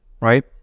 right